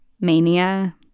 mania